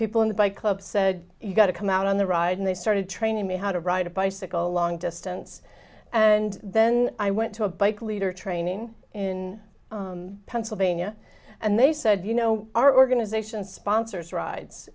people in the bike club said you got to come out on the ride and they started training me how to ride a bicycle long distance and then i went to a bike leader training in pennsylvania and they said you know our organization sponsors rides